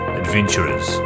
adventurers